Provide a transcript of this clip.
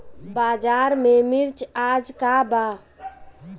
बाजार में मिर्च आज का बा?